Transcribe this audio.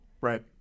right